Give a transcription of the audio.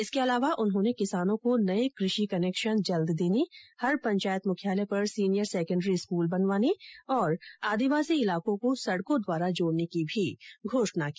इसके अलावा उन्होंने किसानों को नए कृषि कनेक्शन जल्द देने हर पंचायत मुख्यालय पर सीनियर सैकण्डरी स्कूल बनवाने और आदिवासी इलाकों को सड़कों द्वारा जोड़ने की भी घोषणा की